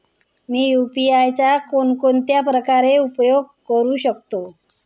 मी UPI चा कोणकोणत्या प्रकारे उपयोग करू शकतो?